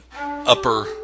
upper